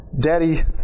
daddy